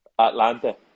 Atlanta